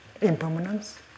impermanence